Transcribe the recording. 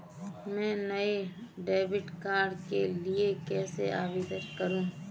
मैं नए debit card के लिए कैसे आवेदन करूं?